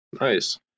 Nice